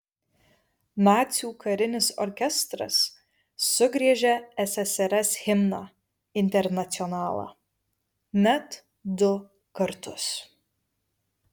nacių karinis orkestras sugriežė ssrs himną internacionalą net du kartus